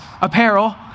apparel